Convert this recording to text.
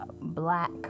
black